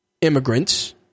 immigrants